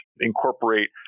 incorporate